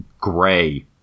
gray